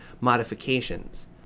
modifications